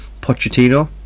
Pochettino